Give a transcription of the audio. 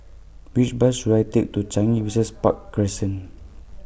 Which Bus should I Take to Changi Business Park Crescent